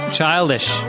childish